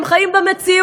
הם חיים במציאות.